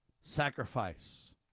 sacrifice